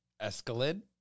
Escalade